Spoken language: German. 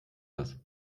das